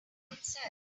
himself